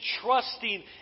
trusting